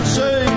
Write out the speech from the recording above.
say